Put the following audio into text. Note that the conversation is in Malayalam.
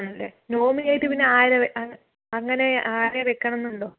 ആണല്ലെ നോമിനി ആയിട്ട് പിന്നെ ആരെ അങ്ങനെ ആരെ വെക്കണമെന്ന് ഉണ്ടോ